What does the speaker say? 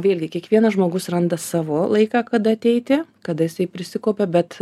vėlgi kiekvienas žmogus randa savo laiką kada ateiti kada jisai prisikaupia bet